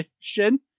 mission